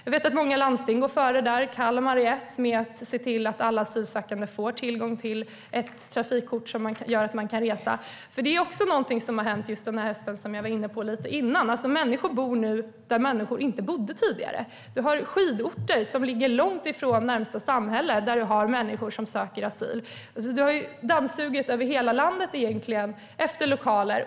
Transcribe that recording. Jag vet att många landsting går före där - Kalmar är ett - och ser till att asylsökande får tillgång till ett trafikkort som ger möjlighet att resa. Något som har hänt under hösten, vilket jag var inne på tidigare, är att människor nu bor på ställen där man inte har bott tidigare. På skidorter, långt ifrån närmaste samhälle, bor människor som söker asyl. Hela landet har dammsugits i jakten på lokaler.